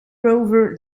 rover